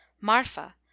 Marfa